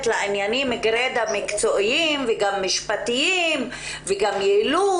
לעניינים מקצועיים ומשפטיים וגם לגבי יעילות.